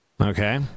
okay